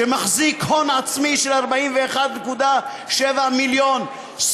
שמחזיק הון עצמי של 41.7 מיליון,